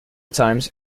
times